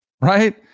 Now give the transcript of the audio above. right